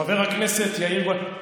חבר הכנסת יאיר גולן,